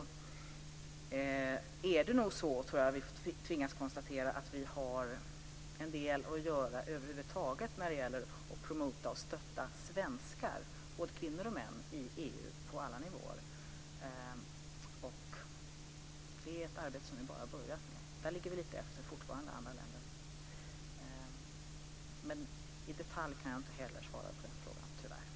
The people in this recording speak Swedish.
När det gäller EU tvingas vi nog konstatera att vi har en del att göra över huvud taget för att promota och stötta svenskar, både kvinnor och män, i EU på alla nivåer. Det är ett arbete som vi bara har börjat med. Där ligger vi fortfarande lite efter andra länder. Tyvärr kan jag inte svara på den frågan i detalj.